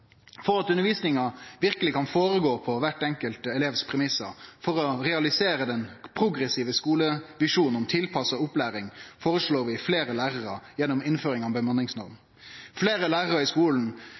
For at undervisninga verkeleg kan skje på kvar enkelt elevs premissar for å realisere den progressive skulevisjonen om tilpassa opplæring, føreslår vi fleire lærarar gjennom innføring av bemanningsnorm.